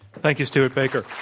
thank you, stewart baker.